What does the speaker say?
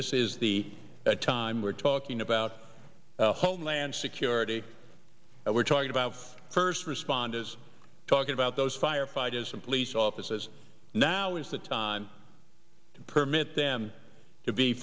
this is the time we're talking about homeland security and we're talking about first responders talking about those firefighters and police offices now is the time to permit them to be